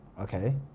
Okay